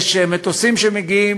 יש מטוסים שמגיעים.